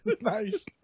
nice